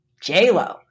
J-Lo